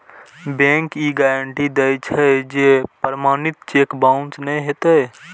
bank ई guarantee दै छै, जे प्रमाणित चेक बाउंस नै हेतै